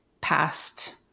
past